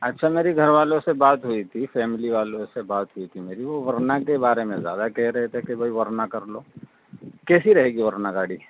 اچھا مری گھر والوں سے بات ہوئی تھی فیملی والوں سے بات ہوئی تھی میری وہ ورنا کے بارے میں زیادہ کہہ رہے تھے کہ بھائی ورنا کر لو کیسی رہے گی ورنا گاڑی